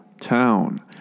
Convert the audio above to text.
town